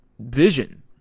vision